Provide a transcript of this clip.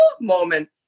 moment